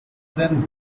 then